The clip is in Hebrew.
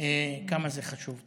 כמה זה חשוב.